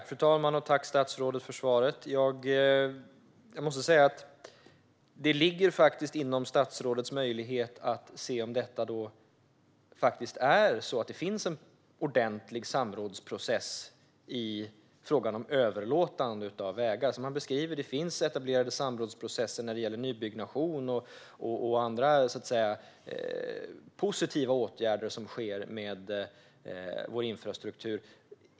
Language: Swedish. Fru talman! Tack, statsrådet, för svaret! Det ligger faktiskt inom statsrådets möjlighet att se efter om det finns en ordentlig samrådsprocess i frågan om överlåtande av vägar. Som han beskriver finns det etablerade samrådsprocesser när det gäller nybyggnation och andra så att säga positiva åtgärder som sker med vår infrastruktur.